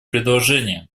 предложение